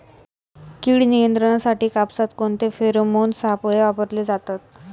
कीड नियंत्रणासाठी कापसात कोणते फेरोमोन सापळे वापरले जातात?